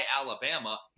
Alabama